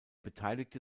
beteiligte